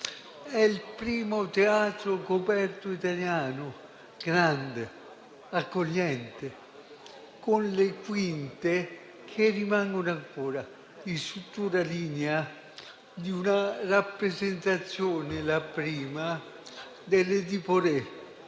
È il primo teatro coperto italiano grande e accogliente, con le quinte che rimangono ancora in struttura e linea della prima rappresentazione dell'«Edipo